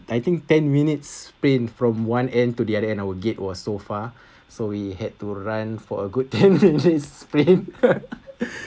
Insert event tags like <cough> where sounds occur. I think ten minutes sprint from one end to the other end our gate was so far <breath> so we had to run for a good <laughs> ten minutes sprint